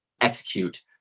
execute